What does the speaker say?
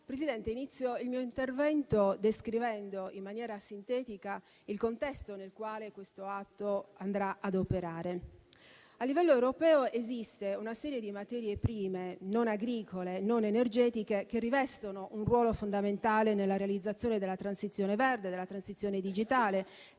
Governo, inizio il mio intervento descrivendo in maniera sintetica il contesto nel quale il provvedimento in discussione andrà ad operare. A livello europeo, esiste una serie di materie prime non agricole e non energetiche che rivestono un ruolo fondamentale nella realizzazione della transizione verde e della transizione digitale,